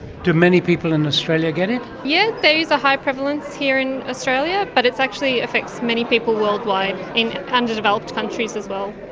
do many people in australia get it? yes, there is a high prevalence here in australia but it actually affects many people worldwide, in underdeveloped countries as well.